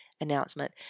announcement